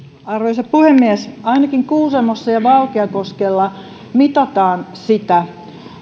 arvoisa puhemies ainakin kuusamossa ja valkeakoskella mitataan sitä